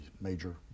major